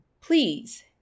please